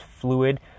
fluid